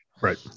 Right